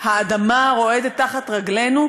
האדמה רועדת תחת רגלינו,